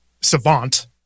savant